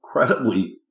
incredibly